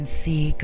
see